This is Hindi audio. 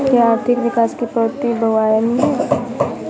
क्या आर्थिक विकास की प्रवृति बहुआयामी है?